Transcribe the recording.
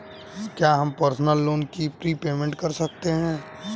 क्या हम personal loan का प्रीपेमेंट कर सकते हैं?